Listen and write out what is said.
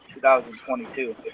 2022